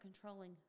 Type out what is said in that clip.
controlling